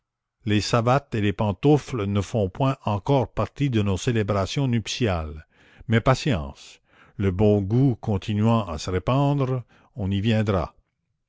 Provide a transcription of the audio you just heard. les savates et les pantoufles ne font point encore partie de nos célébrations nuptiales mais patience le bon goût continuant à se répandre on y viendra